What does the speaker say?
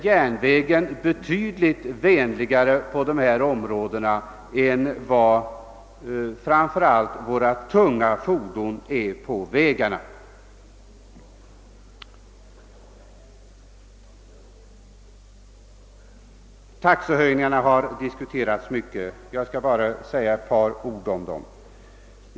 Järnvägen är betydligt vänligare på miljöområdet än vad de tunga vägfordonen är. Taxehöjningarna har diskuterats mycket. Jag skall bara säga ett par ord om dem.